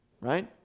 right